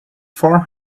four